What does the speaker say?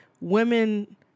women